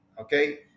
okay